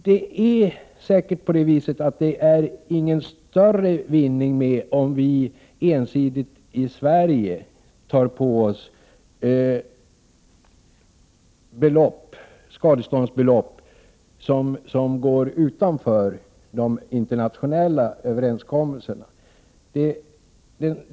Det är säkert så att det inte blir någon större vinning om vi ensidigt i Sverige tar på oss skadeståndsbelopp som går utanför de internationella överenskommelserna.